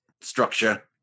structure